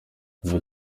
kuva